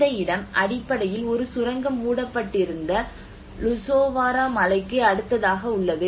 இந்த இடம் அடிப்படையில் ஒரு சுரங்கம் மூடப்பட்டிருந்த லுசோவாரா மலைக்கு அடுத்ததாக உள்ளது